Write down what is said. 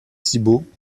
thibaut